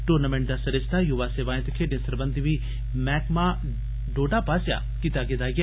दूनमिंट दा सरिस्ता युवा सेवाएं ते खेड्डें सरबंधी मैह्कमां डोडा पासेया कीता गेदा ऐ